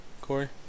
Corey